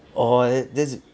orh that's that's